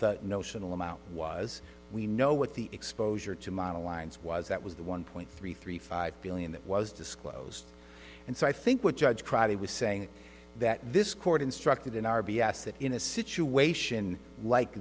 the notional amount was we know what the exposure you're to model lines was that was the one point three three five billion that was disclosed and so i think what judge crowley was saying that this court instructed in r b s that in a situation like